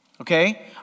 okay